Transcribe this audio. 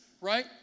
right